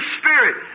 spirit